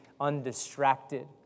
undistracted